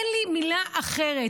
אין לי מילה אחרת.